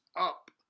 up